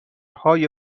های